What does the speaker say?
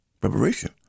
preparation